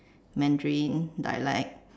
Mandarin dialect